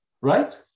right